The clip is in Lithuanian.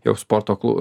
jau sporto klu